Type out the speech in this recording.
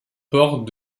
port